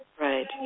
Right